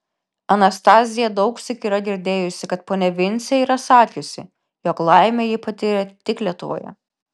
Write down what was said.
anastazija daugsyk yra girdėjusi kad ponia vincė yra sakiusi jog laimę ji patyrė tik lietuvoje